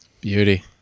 Beauty